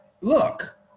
look